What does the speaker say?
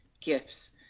gifts